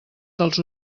dels